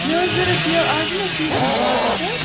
مےٚ اوس ضروٗرت یہِ اَز چھُنہٕ حظ سیٖزَن اَمہِ باغُک حظ